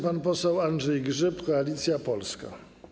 Pan poseł Andrzej Grzyb, Koalicja Polska.